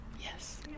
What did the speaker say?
yes